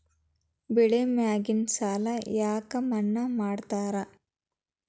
ಬೆಳಿ ಮ್ಯಾಗಿನ ಸಾಲ ಯಾಕ ಮನ್ನಾ ಮಾಡ್ತಾರ?